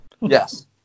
Yes